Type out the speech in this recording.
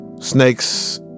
Snakes